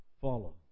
Follow